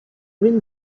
green